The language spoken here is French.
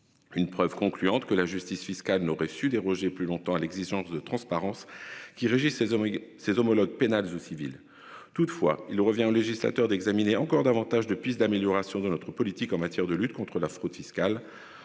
Une preuve concluante que la justice fiscale n'aurait su déroger plus longtemps à l'exigence de transparence qui régissent ses hommes et ses homologues pénal ou civil. Toutefois, il revient au législateur d'examiner encore davantage de pistes d'amélioration de notre politique en matière de lutte contre la fraude fiscale.